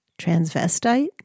transvestite